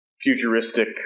futuristic